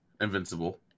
Invincible